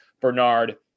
Bernard